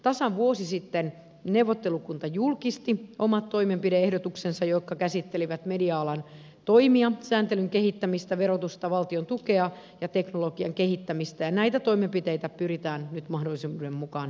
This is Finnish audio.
tasan vuosi sitten neuvottelukunta julkisti omat toimenpide ehdotuksensa jotka käsittelivät media alan toimia sääntelyn kehittämistä verotusta valtion tukea ja teknologian kehittämistä ja näitä toimenpiteitä pyritään nyt mahdollisuuden mukaan edistämään